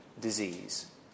disease